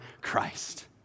Christ